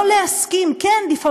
לא להסכים, כן, לפעמים,